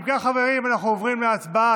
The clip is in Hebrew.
אם כך, חברים, אנחנו עוברים להצבעה.